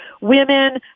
women